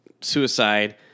suicide